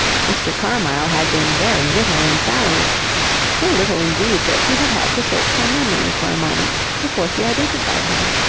mr. carmyle had been very little in sally's so little, indeed, that she had had to search her memory for a moment before she identified him.